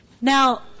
Now